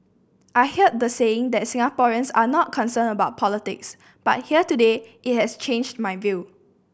I heard the saying that Singaporeans are not concerned about politics but here today it has changed my view